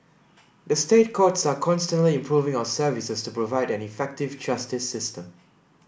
the State Courts are constantly improving our services to provide an effective justice system